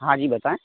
हाँ जी बताएँ